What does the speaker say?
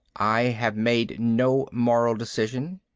i have made no moral decision.